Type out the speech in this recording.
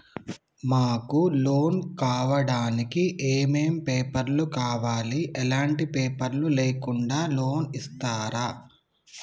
మాకు లోన్ కావడానికి ఏమేం పేపర్లు కావాలి ఎలాంటి పేపర్లు లేకుండా లోన్ ఇస్తరా?